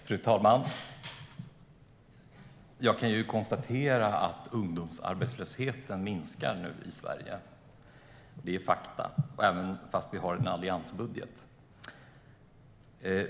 Fru talman! Jag kan konstatera att ungdomsarbetslösheten minskar i Sverige. Det är fakta, även om vi har en alliansbudget.